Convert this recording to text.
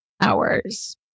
hours